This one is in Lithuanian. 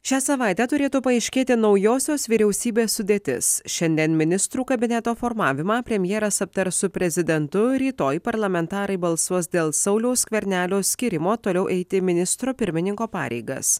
šią savaitę turėtų paaiškėti naujosios vyriausybės sudėtis šiandien ministrų kabineto formavimą premjeras aptars su prezidentu rytoj parlamentarai balsuos dėl sauliaus skvernelio skyrimo toliau eiti ministro pirmininko pareigas